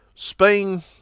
Spain